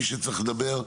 מי שצריך לדבר,